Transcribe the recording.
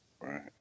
right